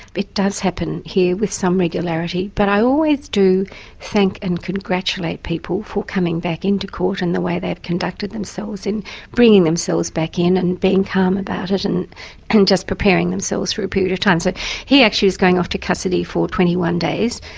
it does happen here with some regularity. but i always do thank and congratulate people for coming back in to court, and the way they've conducted themselves in bringing themselves back in and being calm about it, and and just preparing themselves for a period of time. so he actually is going off to custody for twenty one days,